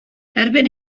erbyn